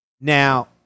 Now